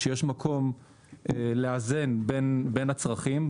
שיש מקום לאזן בין הצרכים.